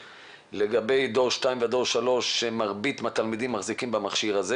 לגבי דור 2 ודור 3 שמרבית התלמידים מחזיקים בהם.